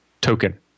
token